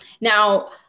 now